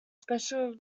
special